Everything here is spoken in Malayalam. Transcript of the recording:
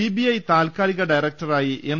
സിബിഐ താൽകാലിക ഡയറക്ടറായി എം